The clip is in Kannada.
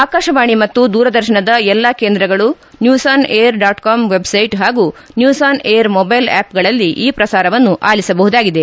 ಆಕಾಶವಾಣಿ ಮತ್ತು ದೂರದರ್ಶನದ ಎಲ್ಲಾ ಕೇಂದ್ರಗಳು news on air dot com website ಹಾಗೂ ನ್ಯೂಸ್ ಆನ್ ಏರ್ ಮೊಬೈಲ್ ಆ್ಲಪ್ಗಳಲ್ಲಿ ಈ ಪ್ರಸಾರವನ್ನು ಆಲಿಸಬಹುದಾಗಿದೆ